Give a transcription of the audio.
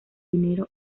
dinero